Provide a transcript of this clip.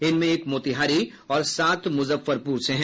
इनमें एक मोतिहारी और सात मुजफ्फरपुर से हैं